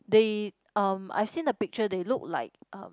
they um I've seen the picture they look like